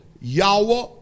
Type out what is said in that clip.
Yahweh